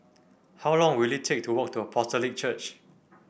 how long will it take to walk to Apostolic Church